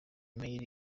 mail